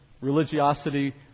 religiosity